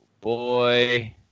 boy